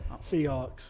Seahawks